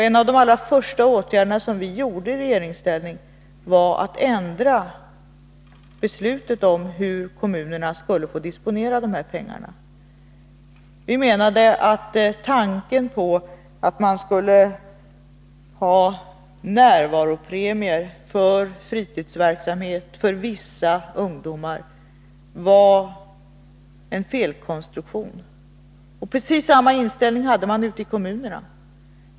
En av de allra första åtgärderna som vi vidtog i regeringsställning var att ändra beslutet om hur kommunerna skulle få disponera dessa pengar. Vi menade att tanken på att man skulle ha närvaropremier för fritidsverksamhet för vissa ungdomar var en felkonstruktion. Precis samma inställning hade man ute i kommunerna.